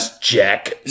Jack